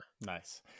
Nice